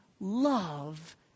love